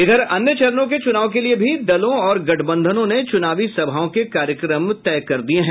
इधर अन्य चरणों के चुनाव के लिये भी दलों ओर गठबंधनों ने चुनावी सभाओं के कार्यक्रम तय कर दिये हैं